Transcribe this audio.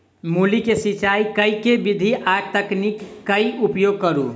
मूली केँ सिचाई केँ के विधि आ तकनीक केँ उपयोग करू?